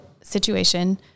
situation